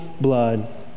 blood